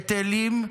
היטלים,